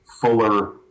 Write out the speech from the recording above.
fuller